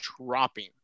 dropping